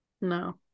No